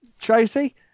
Tracy